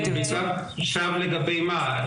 שווא לגבי מה?